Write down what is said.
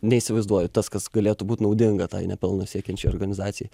neįsivaizduoju tas kas galėtų būt naudinga tai ne pelno siekiančiai organizacijai